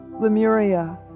Lemuria